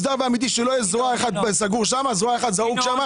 שלא יהיה זרוע אחת זרוק שם, זרוע אחת זרוק שם.